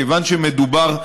כיוון שמדובר,